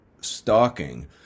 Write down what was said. stalking